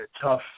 tough